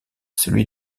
celui